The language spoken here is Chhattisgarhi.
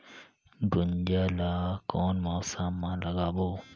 गुनजा ला कोन मौसम मा लगाबो?